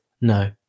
No